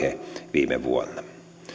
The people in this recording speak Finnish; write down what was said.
viime vuonna